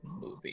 movie